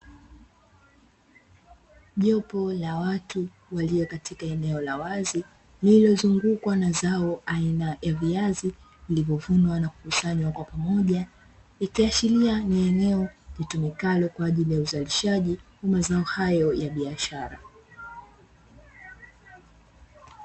Jopo la watu walio katika eneo la wazi lililozungukwa na zao aina ya viazi vilivyovunwa na kukusanywa kwa pamoja, ikiashiria ni eneo litumikalo kwa ajili ya uzalishaji wa mazao hayo ya biashara.